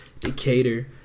Decatur